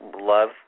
love